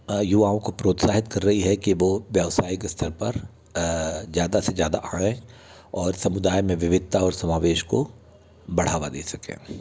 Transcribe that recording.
युवाओ को प्रोतसाहित कर रही है की वो व्यावसायिक स्तर पर ज़्यादा से ज़्यादा आए और समुदाय मे विविधता और समावेश को बढ़ावा दे सकें